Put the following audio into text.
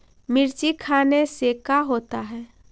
मिर्ची खाने से का होता है?